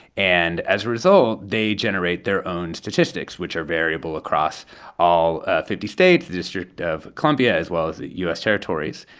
and as a result, they generate their own statistics, which are variable across all fifty states, the district of columbia as well as u s. territories.